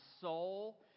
soul